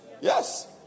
yes